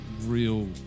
real